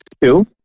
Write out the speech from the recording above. two